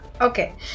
Okay